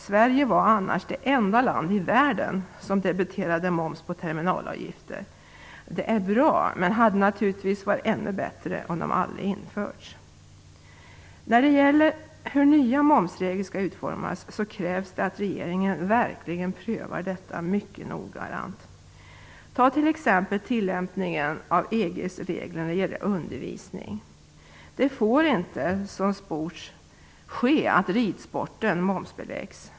Sverige skulle annars vara det enda landet i världen som debiterade moms på terminalavgifter. Det är bra att bestämmelserna ändras, men det hade naturligtvis varit ännu bättre om de aldrig införts. När det gäller hur nya momsregler skall utformas krävs det att regeringen verkligen prövar detta mycket noggrant. Ta t.ex. tillämpningen av EG:s regler när det gäller undervisning. Det får inte som sports ske att ridsporten momsbeläggs.